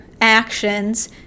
actions